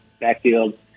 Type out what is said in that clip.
backfield